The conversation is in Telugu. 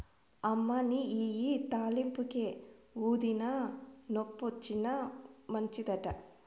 అమ్మనీ ఇయ్యి తాలింపుకే, ఊదినా, నొప్పొచ్చినా మంచిదట